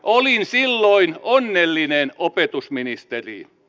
olin silloin onnellinen opetusministeri